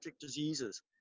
diseases